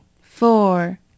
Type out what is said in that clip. Four